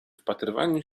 wpatrywaniu